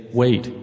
wait